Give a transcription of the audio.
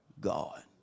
God